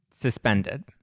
suspended